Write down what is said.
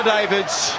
Davids